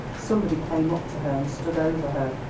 somebody came up to her and stood over her.